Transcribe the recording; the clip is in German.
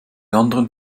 anderen